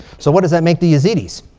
so what does that make the yazidis?